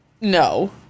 No